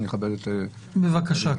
בבקשה.